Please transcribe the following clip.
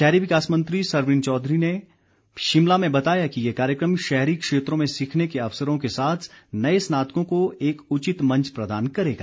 शहरी विकास मंत्री सरवीण चौधरी ने शिमला में बताया कि ये कार्यक्रम शहरी क्षेत्रों में सीखने के अवसरों के साथ नए स्नातकों को एक उचित मंच प्रदान करेगा